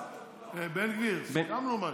בן גביר, סיכמנו משהו.